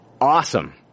awesome